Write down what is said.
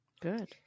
Good